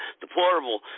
deplorable